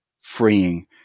freeing